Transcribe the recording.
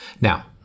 Now